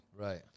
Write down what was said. Right